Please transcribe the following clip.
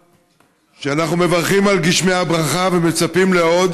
שאנחנו מברכים על גשמי הברכה ומצפים לעוד,